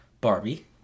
Barbie